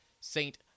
Saint